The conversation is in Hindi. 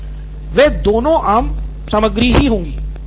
नितिन कुरियन वे दोनों आम सामग्री होगी